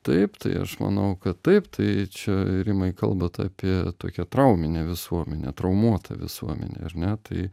taip tai aš manau kad taip tai čia rimai kalbat apie tokią trauminę visuomenę traumuotą visuomenę ar ne tai